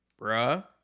Bruh